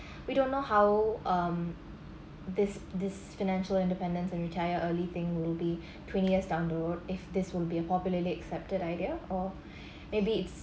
we don't know how um this this financial independence and retire early thing will be twenty years down the road if this will be a popularly accepted idea or maybe it's